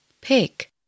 Pick